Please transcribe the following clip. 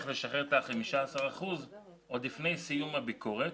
לשחרר את ה-15% עוד לפני סיום הביקורת?